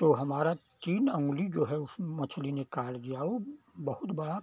तो हमारा तीन उंगली जो है उस मछली ने काट दिया वो बहुत बड़ा